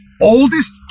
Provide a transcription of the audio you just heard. oldest